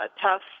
tough